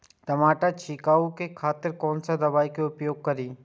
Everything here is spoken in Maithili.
टमाटर छीरकाउ के खातिर कोन दवाई के उपयोग करी?